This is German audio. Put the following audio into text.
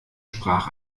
sprach